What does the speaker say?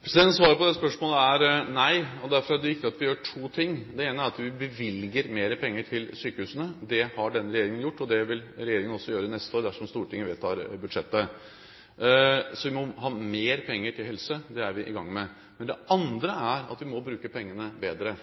Svaret på det spørsmålet er nei, og derfor er det viktig at vi gjør to ting. Det ene er at vi bevilger mer penger til sykehusene. Det har denne regjeringen gjort, og det vil regjeringen også gjøre neste år dersom Stortinget vedtar budsjettet. Så vi må ha mer penger til helse – og det er vi i gang med. Men det andre er at vi må bruke pengene bedre.